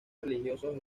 religiosos